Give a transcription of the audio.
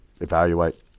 evaluate